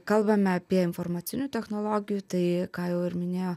kalbame apie informacinių technologijų tai ką jau ir minėjo